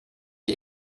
die